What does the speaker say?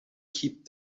keep